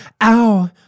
Ow